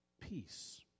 peace